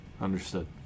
Understood